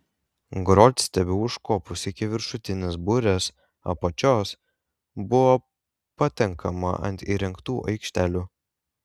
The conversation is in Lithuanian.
grotstiebiu užkopus iki viršutinės burės apačios buvo patenkama ant įrengtų aikštelių